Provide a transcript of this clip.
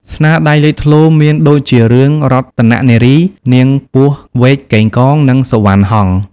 ស្នាដៃលេចធ្លោមានដូចជារឿង រតន៍នារី នាងពស់វែកកេងកង និង សុវណ្ណហង្ស។